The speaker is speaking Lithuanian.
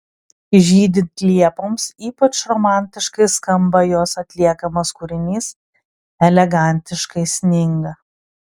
žydint liepoms ypač romantiškai skamba jos atliekamas kūrinys elegantiškai sninga